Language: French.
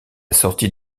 sortie